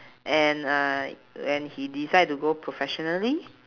and uh when he decide to go professionally